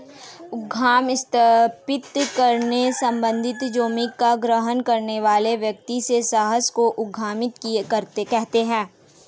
उद्यम स्थापित करने संबंधित जोखिम का ग्रहण करने वाले व्यक्ति के साहस को उद्यमिता कहते हैं